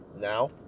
Now